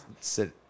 sit